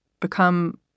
become